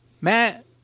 Matt